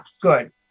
good